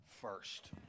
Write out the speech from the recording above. first